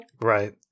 Right